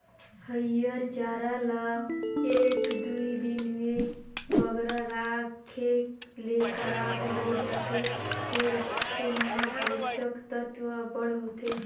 हयिर चारा ल एक दुई दिन ले बगरा राखे ले खराब होए जाथे फेर एम्हां पोसक तत्व अब्बड़ होथे